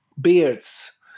Beards